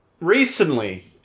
Recently